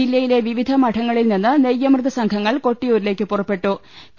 ജില്ലയിലെ വിവിധ് മഠങ്ങളിൽ നിന്ന് നെയ്യമൃത് സംഘങ്ങൾ കൊട്ടിയൂരിലേക്ക് പൂറപ്പെട്ടു്